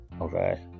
Okay